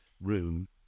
room